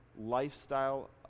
lifestyle